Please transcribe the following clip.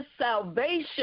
salvation